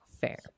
Fair